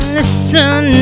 listen